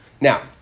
now